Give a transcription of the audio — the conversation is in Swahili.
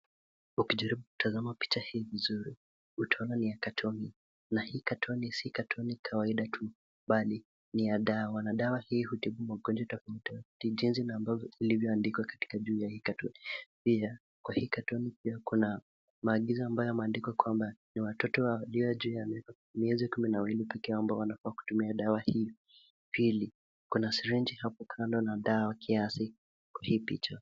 Ukijaribu kutazama picha hii vizuri utaona ni ya katoni na hii katoni sikataoni kawaida tu bali ni ya dawa na dawa hii hutibu magonjwa tofauti tofauti jinsi na ambavyo yalivyoandikwa katika juu ya hii katoni, pia kwa katoni pia kuna maagizo ambayo yameandikwa kwamba ni watoto walio juu ya miezi kumi na miwili pekee yao ndio wanafaa kutumia dawa hii. Pili kuna sirinji hapo karibu na dawa kiasi kwa hii picha.